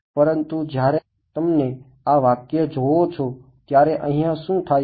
પરતું જયારે તમને આ વાક્ય જોવો છો ત્યારે અહિયાં શું થાય છે